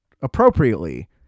appropriately